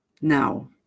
Now